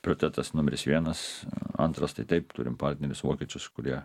priotetas numeris vienas antras tai taip turim partnerius vokiečius kurie